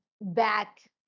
back